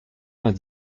vingt